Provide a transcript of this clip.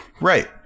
Right